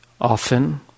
Often